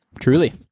Truly